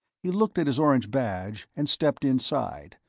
he looked at his orange badge and stepped inside,